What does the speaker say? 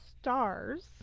stars